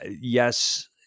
Yes